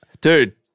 Dude